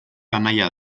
anaia